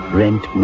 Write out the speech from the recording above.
rent